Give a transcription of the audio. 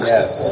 Yes